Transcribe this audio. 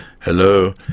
hello